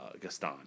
Gaston